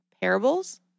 parables